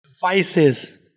Vices